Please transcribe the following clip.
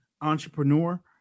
entrepreneur